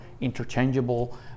interchangeable